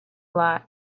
lot